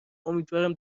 امیدوارم